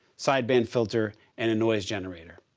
sideband filter and a noise generator.